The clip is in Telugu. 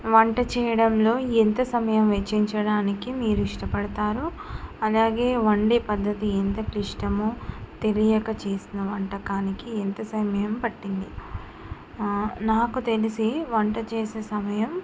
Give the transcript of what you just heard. వంట చేయడంలో ఎంత సమయం వేచించడానికి మీరు ఇష్టపడతారో అలాగే వండె పద్దతి ఎంత క్లిష్టమో తెలియక చేసిన వంటకానికి ఎంత సమయం పట్టింది నాకు తెలిసి వంట చేసే సమయం